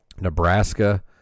Nebraska